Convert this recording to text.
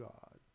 God